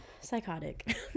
psychotic